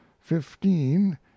fifteen